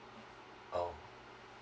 oh